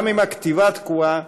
גם אם הכתיבה תקועה,